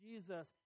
Jesus